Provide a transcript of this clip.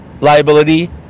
liability